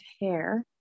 hair